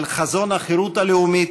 על חזון החירות הלאומית,